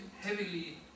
heavily